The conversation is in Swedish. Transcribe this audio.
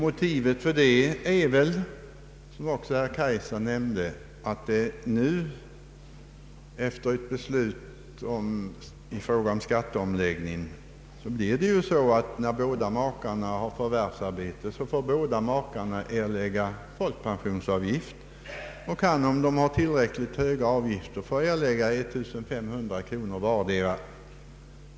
Motiven är väl — som också herr Kaijser nämnde — att det nu efter ett beslut om skatteomläggningen blir på det sättet ait när två makar har förvärvsarbete, måste båda makarna erlägga folkpensionsavgift och kan, om de har tillräckligt höga inkomster, få erlägga en avgift av 1500 kronor vardera.